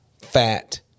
fat